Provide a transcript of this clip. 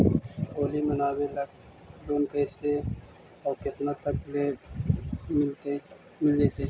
होली मनाबे ल लोन कैसे औ केतना तक के मिल जैतै?